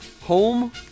home